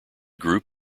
group